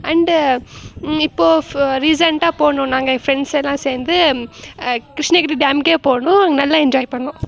and இப்போது ரீசென்ட்டாக போனோம் நாங்கள் ஃப்ரெண்ட்ஸ் எல்லாம் சேர்ந்து கிருஷ்ணகிரி டேமுக்கே போனோம் அங்கே நல்லா என்ஜாய் பண்ணோம்